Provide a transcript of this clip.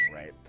right